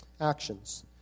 actions